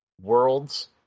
worlds